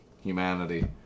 humanity